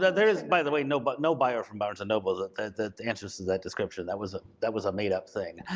there is, by the way, no but no buyer from barnes and noble that that answers to that description. that was that was a made up thing.